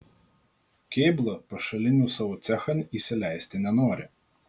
kėbla pašalinių savo cechan įsileisti nenori